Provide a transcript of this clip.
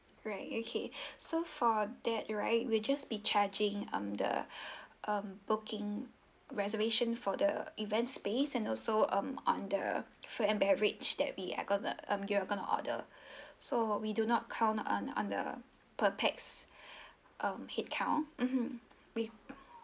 right okay so for that right we'll just be charging on the um booking reservation for the event space and also um on the food and beverage that we are going to um you are gonna order so we do not count on on the per pax um headcount mmhmm we